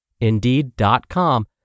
Indeed.com